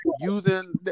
Using